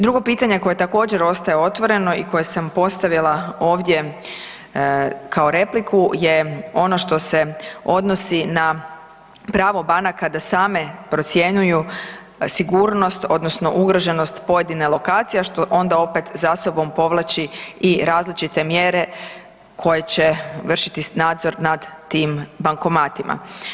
Drugo pitanje koje također ostaje otvoreno i koje sam postavila ovdje kao repliku je ono što se odnosi na pravo banaka da same procjenjuju sigurnost, odnosno ugroženost pojedine lokacije, a što onda opet za sobom povlači i različite mjere koje će vršiti nadzor nad tim bankomatima.